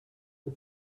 but